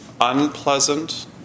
unpleasant